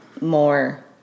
more